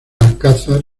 alcázar